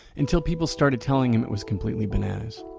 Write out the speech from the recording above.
until people started telling him it was completely bananas.